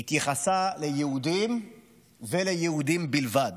התייחסו ליהודים וליהודים בלבד: